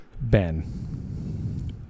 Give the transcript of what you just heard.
Ben